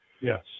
Yes